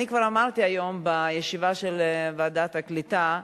אני כבר אמרתי היום בישיבה של ועדת הקליטה,